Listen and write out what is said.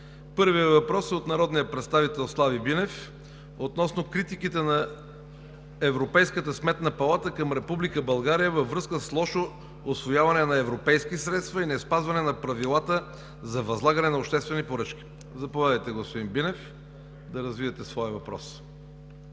Първият въпрос е от народния представител Слави Бинев относно критиките на Европейската сметна палата към Република България във връзка с лошо усвояване на европейски средства и неспазване на правилата за възлагане на обществени поръчки. Заповядайте, господин Бинев, за да развиете своя въпрос.